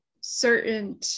certain